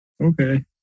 Okay